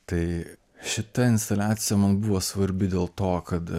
tai šita instaliacija man buvo svarbi dėl to kad